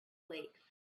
lakes